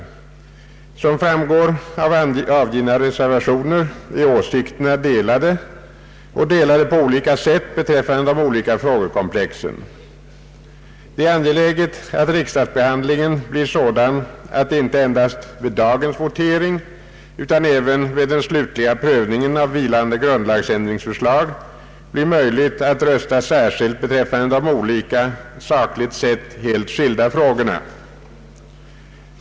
Som framgår av avgivna reservationer är åsikterna delade, och delade på olika sätt beträffande de skilda frågekomplexen. Det är angeläget att riksdagsbehandlingen blir sådan att det icke endast vid dagens votering utan även vid den slutliga prövningen av vilande grundlagsändringsförslag blir möjligt att rösta särskilt beträffande de olika sakligt sett helt skilda frågorna.